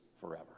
forever